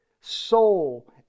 soul